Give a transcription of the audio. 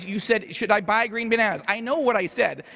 you said, should i buy green bananas? i know what i said.